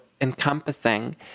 encompassing